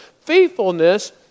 Faithfulness